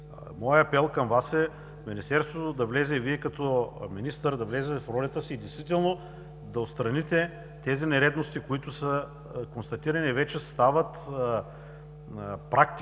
Моят апел към Вас е: Министерството и Вие като министър да влезете в ролята си и действително да отстраните тези нередности, които са констатирани. Вече стават практика,